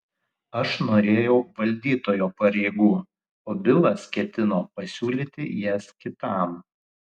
aš norėjau valdytojo pareigų o bilas ketino pasiūlyti jas kitam